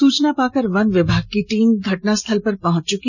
सूचना पाकर वन विभाग की टीम घटनास्थल पर पहुंची